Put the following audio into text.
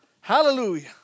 Hallelujah